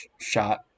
shot